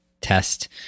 test